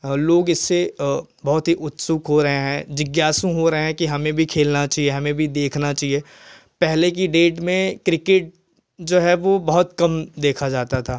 लो इससे अ बहुत ही उत्सुक हो रहे हैं जिज्ञासु हो रहे हैं की हमें भी खेलना चाहिए हमें भी देखना चाहिए पहले की डेट में क्रिकेट जो है बहुत कम देखा जाता था